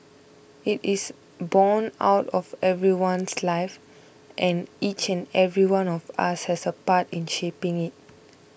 it is borne out of everyone's life and each and every one of us has a part in shaping it